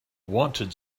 wanted